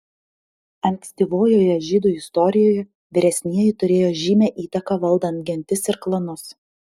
ankstyvojoje žydų istorijoje vyresnieji turėjo žymią įtaką valdant gentis ir klanus